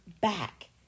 back